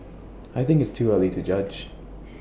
I think it's too early to judge